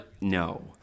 no